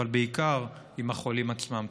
אבל בעיקר עם החולים עצמם.